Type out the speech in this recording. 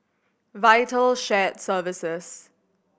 Vital Shared Services